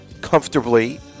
comfortably